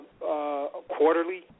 quarterly